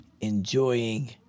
enjoying